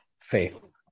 faith